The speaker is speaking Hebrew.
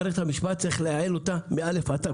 המשפט מ-א' ועד ת'.